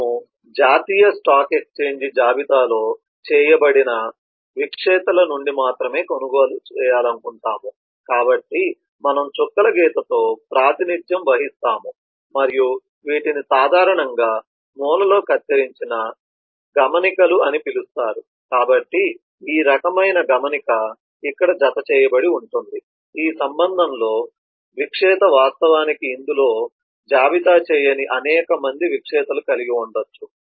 మనము జాతీయ స్టాక్ ఎక్స్ఛేంజ్లో జాబితా చేయబడిన విక్రేతల నుండి మాత్రమే కొనాలనుకుంటున్నాము కాబట్టి మనము చుక్కల గీతతో ప్రాతినిధ్యం వహిస్తాము మరియు వీటిని సాధారణంగా మూలలో కత్తిరించిన గమనికలు అని పిలుస్తారు కాబట్టి ఈ రకమైన గమనిక ఇక్కడ జతచేయబడి ఉంటుంది ఈ సంబంధంలో విక్రేత వాస్తవానికి ఇందులో జాబితా చేయని అనేక మంది విక్రేతలను కలిగి ఉండవచ్చు